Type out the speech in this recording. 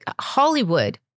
Hollywood